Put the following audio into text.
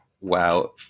WoW